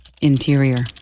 interior